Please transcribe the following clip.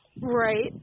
Right